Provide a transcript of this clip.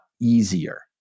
easier